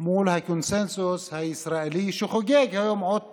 עוד פעם מול הקונסנזוס הישראלי שחוגג היום עוד פעם,